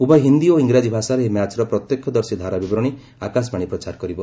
ଉଭୟ ହିନ୍ଦୀ ଓ ଇରାଜୀ ଭାଷାରେ ଏହି ମ୍ୟାଚ୍ର ପ୍ତ୍ୟକ୍ଷ ଦର୍ଶୀ ଧାରାବିବରଣୀ ଆକାଶବାଣୀ ପ୍ରଚାର କରିବ